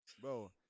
bro